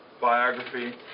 biography